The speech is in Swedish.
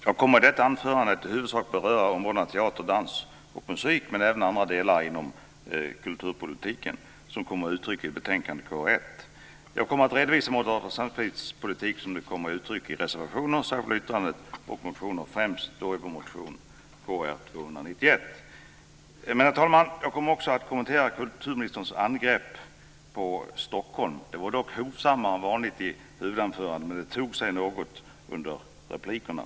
Herr talman! Jag kommer i detta anförande att i huvudsak beröra områdena teater, dans och musik men även andra delar inom kulturpolitiken som kommer till uttryck i betänkandet KrU1. Jag kommer att redovisa Moderata samlingspartiets politik som den kommer till uttryck i reservationer, särskilda yttranden och motioner, främst i vår motion Kr291. Herr talman! Jag kommer också att kommentera kulturministerns angrepp på Stockholm. Det var dock hovsammare än vanligt i huvudanförandet, men det tog sig något under replikerna.